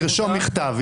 תרשום מכתב.